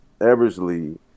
Eversley